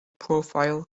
profile